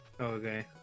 Okay